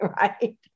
Right